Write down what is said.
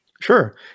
Sure